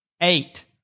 eight